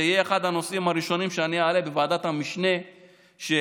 זה יהיה אחד הנושאים הראשונים שאני אעלה בוועדת המשנה שאני